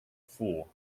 fool